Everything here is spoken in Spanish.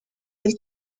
del